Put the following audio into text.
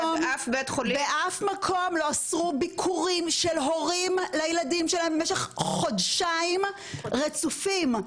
באף מקום לא אסרו ביקורים של הורים לילדים שלהם במשך חודשיים רצופים.